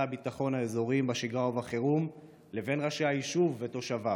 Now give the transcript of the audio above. הביטחון האזוריים בשגרה ובחירום לבין ראשי היישוב ותושביו.